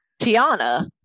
Tiana